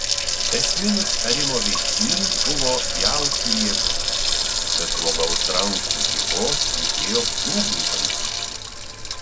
esminis arimo veiksnys buvo jaučių jėga bet žmogaus rankų jėgos reikėjo plūgui valdyti